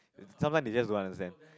sometimes they just don't understand